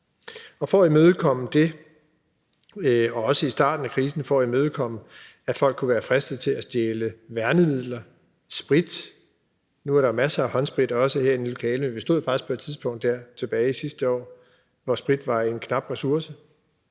– og det gælder også i forhold til starten af krisen, hvor folk kunne være fristet til at stjæle værnemidler, sprit, nu er der jo masser af håndsprit, også herinde i lokalet, men vi stod faktisk på et tidspunkt sidste år, hvor sprit var en knap ressource